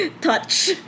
touch